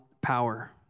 power